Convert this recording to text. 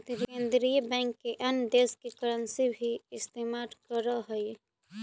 केन्द्रीय बैंक अन्य देश की करन्सी भी इस्तेमाल करअ हई